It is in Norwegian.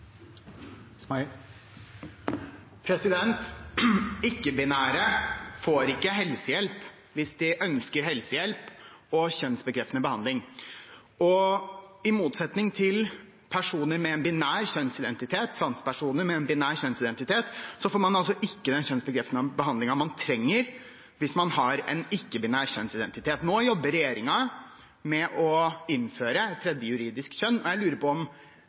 får ikke helsehjelp hvis de ønsker helsehjelp og kjønnsbekreftende behandling. I motsetning til personer med en binær kjønnsidentitet – transpersoner med en binær kjønnsidentitet – får man altså ikke den kjønnsbekreftende behandlingen man trenger hvis man har en ikke-binær kjønnsidentitet. Nå jobber regjeringen med å innføre et tredje juridisk kjønn. Jeg lurer på om